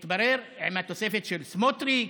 מתברר, עם התוספת של סמוטריץ',